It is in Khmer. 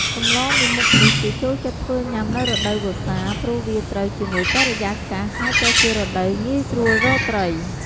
សម្លមួយមុខនេះគេចូលចិត្តធ្វើញុាំនៅរដូវវស្សា ព្រោះវាត្រូវជាមួយបរិយាកាសហើយក៏ជារដូវងាយស្រួលរកត្រី។